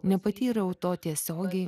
nepatyriau to tiesiogiai